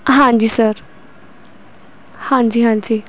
ਹਾਂਜੀ ਸਰ ਹਾਂਜੀ ਹਾਂਜੀ